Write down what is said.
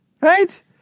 Right